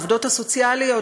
העובדות הסוציאליות,